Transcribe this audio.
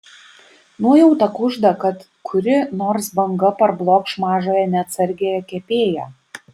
nuojauta kužda kad kuri nors banga parblokš mažąją neatsargiąją kepėją